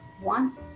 one